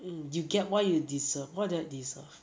and you get what you deserve what do I deserve